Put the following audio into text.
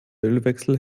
ölwechsel